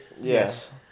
Yes